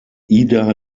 ida